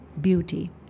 beauty